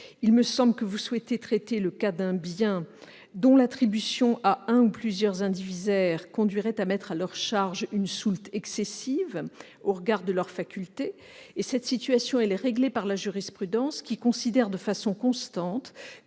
Il me semble que vous souhaitez traiter le cas d'un bien dont l'attribution à un ou plusieurs indivisaires conduirait à mettre à leur charge une soulte excessive au regard de leurs facultés. Cette situation est réglée par la jurisprudence, qui considère de façon constante